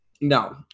no